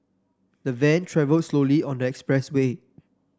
the van travelled slowly on the expressway